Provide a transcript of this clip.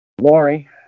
Laurie